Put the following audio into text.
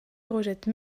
rejettent